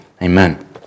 Amen